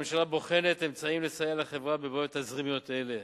הממשלה בוחנת אמצעים לסייע לחברה בבעיות תזרימיות אלה.